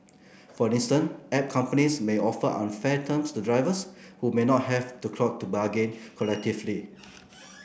for instance app companies may offer unfair terms to drivers who may not have the clout to bargain collectively